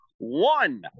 one